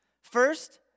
First